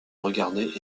regarder